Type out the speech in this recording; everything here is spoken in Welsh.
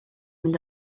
mynd